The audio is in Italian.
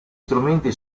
strumenti